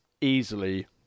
easily